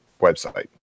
website